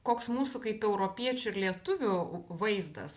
koks mūsų kaip europiečių ir lietuvių vaizdas